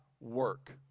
work